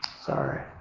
Sorry